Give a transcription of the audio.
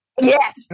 yes